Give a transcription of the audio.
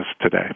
today